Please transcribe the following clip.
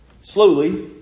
Slowly